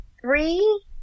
Three